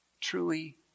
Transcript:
truly